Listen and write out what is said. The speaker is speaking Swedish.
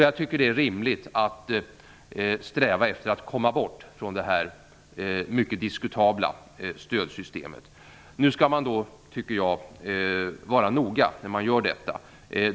Jag tycker att det är rimligt att sträva efter att komma bort från detta mycket diskutabla stödsystem. Jag tycker att man skall vara noga när man gör detta.